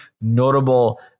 notable